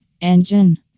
engine